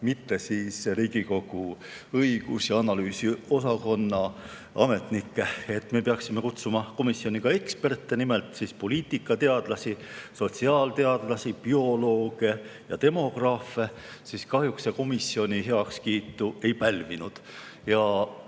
mitte Riigikogu õigus- ja analüüsiosakonna ametnikke. Me peaksime kutsuma komisjoni eksperte, nimelt poliitikateadlasi, sotsiaalteadlasi, biolooge ja demograafe. Kahjuks see komisjoni heakskiitu ei pälvinud. Ja